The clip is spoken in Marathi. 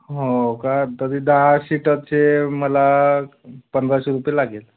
हो का तरी दहा सीटरचे मला पंधराशे रुपये लागेल